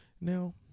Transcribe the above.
Now